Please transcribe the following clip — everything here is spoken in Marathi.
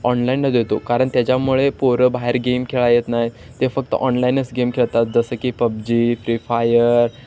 ऑनलाईनला देतो कारण त्याच्यामुळे पोरं बाहेर गेम खेळायला येत नाही ते फक्त ऑनलाईनच गेम खेळतात जसं की पबजी फ्री फायर